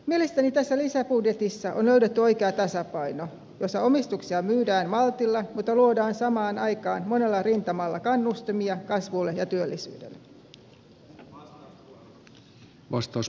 mielestäni tässä lisäbudjetissa on löydetty oikea tasapaino jossa omistuksia myydään maltilla mutta luodaan samaan aikaan monella rintamalla kannustimia kasvulle ja työllisyydelle